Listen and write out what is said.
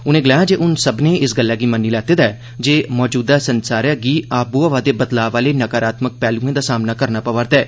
उनें गलाया जे हुन सब्मनें इस गल्लै गी मन्नी लैते दा ऐ जे मौजूदा संसारे गी आबो हवा दे बदलाव आह्ले नाकारात्मक पैह्लुए दा सामना करना पवा'रदा ऐ